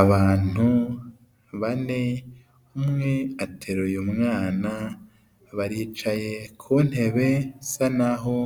Abantu bane umwe ateruye umwana baricaye ku ntebe isa n'aho